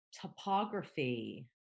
topography